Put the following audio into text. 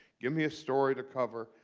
give me a story to cover,